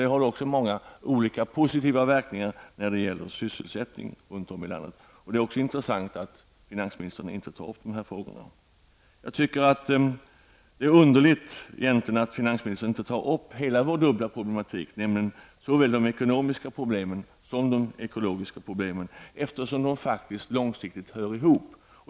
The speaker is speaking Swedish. Det har många positiva verkningar när det gäller sysselsättningen runt om i landet. Det är intressant att notera att finansministern inte tar upp dessa frågor. Det är underligt att finansministern inte tar upp hela vår dubbla problematik, nämligen såväl de ekonomiska som de ekologiska problemen, eftersom dessa faktiskt långsiktigt hör ihop.